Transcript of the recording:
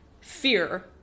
fear